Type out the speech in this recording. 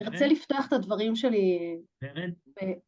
‫אני רוצה לפתח את הדברים שלי. ‫-באמת?